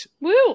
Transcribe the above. Woo